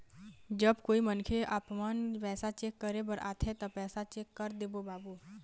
जब कोई मनखे आपमन पैसा चेक करे बर आथे ता पैसा चेक कर देबो बाबू?